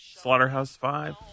Slaughterhouse-Five